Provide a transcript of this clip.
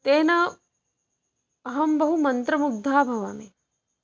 तेन अहं बहु मन्त्रमुग्धा भवामि